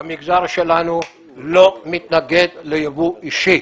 שהמגזר שלנו לא מתנגד ליבוא אישי.